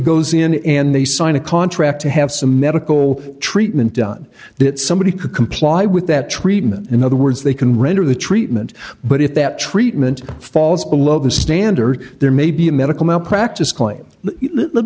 goes in and they sign a contract to have some medical treatment done that somebody could comply with that treatment in other words they can render the treatment but if that treatment falls below the standard there may be a medical malpractise claims